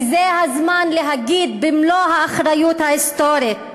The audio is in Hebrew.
וזה הזמן להגיד במלוא האחריות ההיסטורית,